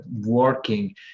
working